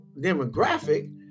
demographic